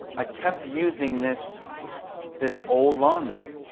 i kept using this this old lawnmower.